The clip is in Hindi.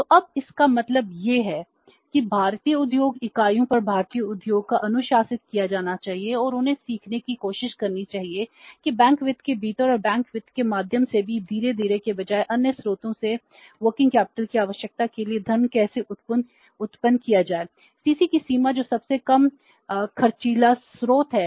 तो अब इसका मतलब यह है कि भारतीय उद्योग इकाइयों पर भारतीय उद्योग को अनुशासित किया जाना चाहिए और उन्हें सीखने की कोशिश करनी चाहिए कि बैंक वित्त के भीतर और बैंक वित्त के माध्यम से भी धीरे धीरे के बजाय अन्य स्रोतों से कार्यशील पूंजी है